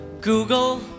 Google